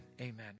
amen